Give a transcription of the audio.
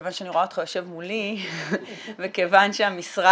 מכוון שאני רואה אותך יושב מולי ומכוון שמשרדך,